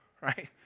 right